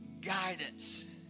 guidance